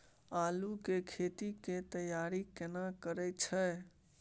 आलू के खेती के तैयारी केना करै छै?